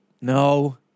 No